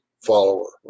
follower